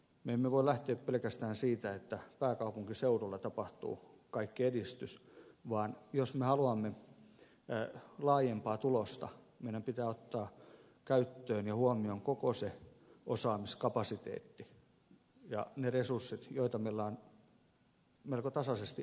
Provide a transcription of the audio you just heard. me emme voi lähteä pelkästään siitä että pääkaupunkiseudulla tapahtuu kaikki edistys vaan jos me haluamme laajempaa tulosta meidän pitää ottaa käyttöön ja huomioon koko se osaamiskapasiteetti ja ne resurssit joita meillä on melko tasaisesti eri alueilla